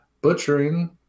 butchering